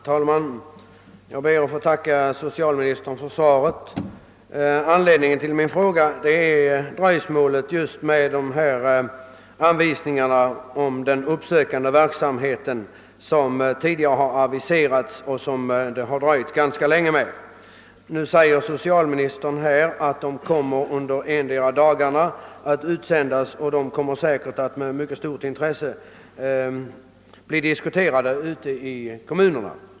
Herr talman! Jag ber att få tacka socialministern för svaret. Anledningen till min fråga är just dröjsmålet med de anvisningar för den uppsökande verksamheten som tidigare har aviserats men som har dröjt ganska länge. Socialministern säger i svaret att de nu skall distribueras inom de närmaste dagarna, och de kommer säkerligen att diskuteras och mottagas med stort intresse i kommunerna.